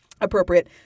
appropriate